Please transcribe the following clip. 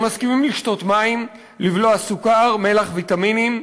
הם מסכימים לשתות מים, לבלוע סוכר, מלח, ויטמינים.